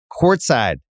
courtside